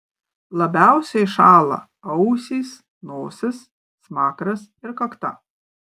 labiausiai šąla ausys nosis smakras ir kakta